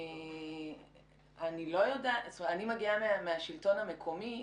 אני מגיעה מהשלטון המקומי,